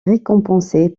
récompensé